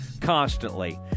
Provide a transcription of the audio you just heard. constantly